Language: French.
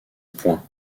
point